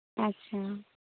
ᱟᱪᱪᱷᱟ